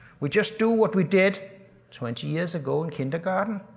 we just do what we did twenty years ago in kindergarten?